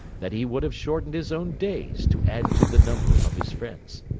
that he would have shortened his own days to add to the number of his friend's.